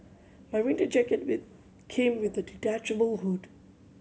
my winter jacket came with a detachable hood